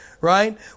Right